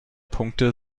punkte